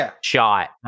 shot